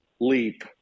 leap